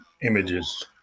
images